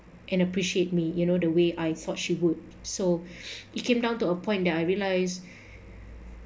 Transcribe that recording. and appreciate me you know the way I thought she would so it came down to a point that I realise